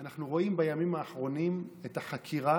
אנחנו רואים בימים האחרונים את החקירה